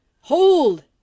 Hold